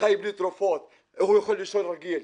חי בלי תרופות והוא יכול לישון רגיל.